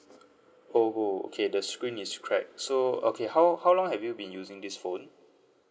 oh oh okay the screen is crack so okay how how long have you been using this phone